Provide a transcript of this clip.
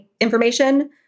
information